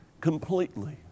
completely